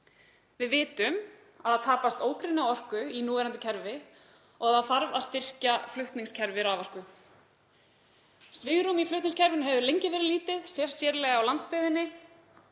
Við vitum að það tapast ógrynni orku í núverandi kerfi og það þarf að styrkja flutningskerfi raforku. Svigrúm í flutningskerfinu hefur lengi verið lítið, sér í lagi á landsbyggðinni.